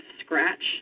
scratch